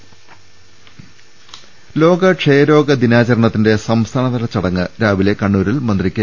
രുടെട്ട്ടറു ലോക ക്ഷയരോഗ ദിനാചരണത്തിൻെറ സംസ്ഥാനതല ചടങ്ങ് രാവി ലെ കണ്ണൂരിൽ മന്ത്രി കെ